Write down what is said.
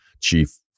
chief